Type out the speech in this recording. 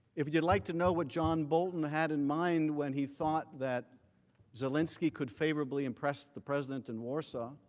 if you would like to know what john bolton had in mind when he thought that zelensky could favorably impress the president in warsaw,